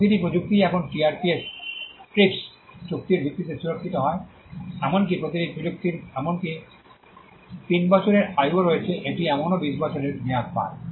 প্রতিটি প্রযুক্তিই এখন টিআরআইপিএস TRIPS চুক্তির ভিত্তিতে সুরক্ষিত হয় এমনকি প্রতিটি প্রযুক্তির এমনকি 3 বছরের আয়ুও রয়েছে এটি এখনও 20 বছরের মেয়াদ পায়